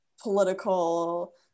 political